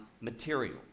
material